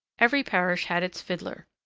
every parish had its fiddler.